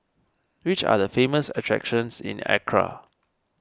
which are the famous attractions in Accra